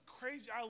crazy